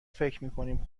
فکرمیکنیم